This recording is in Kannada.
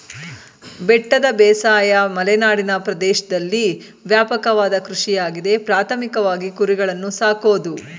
ಬೆಟ್ಟದ ಬೇಸಾಯ ಮಲೆನಾಡಿನ ಪ್ರದೇಶ್ದಲ್ಲಿ ವ್ಯಾಪಕವಾದ ಕೃಷಿಯಾಗಿದೆ ಪ್ರಾಥಮಿಕವಾಗಿ ಕುರಿಗಳನ್ನು ಸಾಕೋದು